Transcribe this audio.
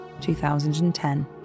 2010